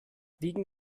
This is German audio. wegen